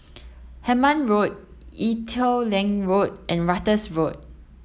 Hemmant Road Ee Teow Leng Road and Ratus Road